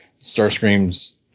starscream's